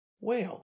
whale